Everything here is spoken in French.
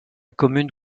commune